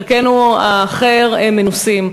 וחלקנו האחר מנוסים.